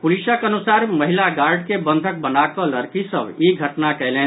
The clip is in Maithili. पुलिसक अनुसार महिला गार्ड के बंधक बनाकऽ लड़की सभ ई घटना कयलनि